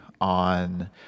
on